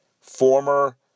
former